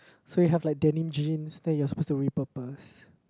so we have like denim jeans then you're suppose to repurpose